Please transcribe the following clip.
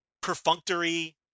perfunctory